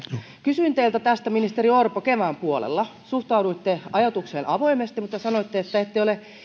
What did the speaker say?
kysyin teiltä tästä ministeri orpo kevään puolella suhtauduitte ajatukseen avoimesti mutta sanoitte että ette ole